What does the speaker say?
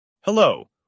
Hello